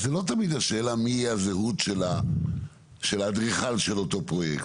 אז זה לא תמיד השאלה מי הזהות של האדריכל של אותו פרויקט,